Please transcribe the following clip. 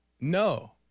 No